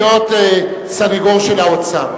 להיות סניגור של האוצר.